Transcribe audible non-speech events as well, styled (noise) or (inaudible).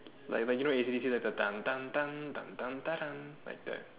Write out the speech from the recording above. like like you know A_C_D_C there's the (noise) like that